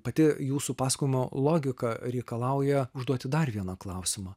pati jūsų pasakojimo logika reikalauja užduoti dar vieną klausimą